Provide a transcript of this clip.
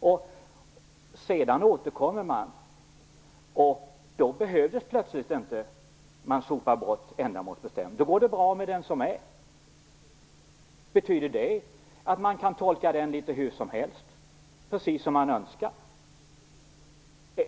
När man sedan återkommer behöver man plötsligt inte längre sopa bort ändamålsbestämmelsen. Då går det bra med den som finns. Betyder det att man kan tolka den litet hur som helst, precis som man önskar?